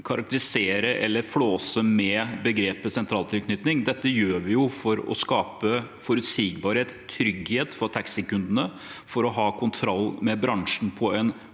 karakterisere eller flåse med begrepet sentraltilknytning. Dette gjør vi for å skape forutsigbarhet og trygghet for taxikundene og for å ha kontroll med bransjen på en